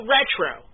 Retro